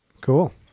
cool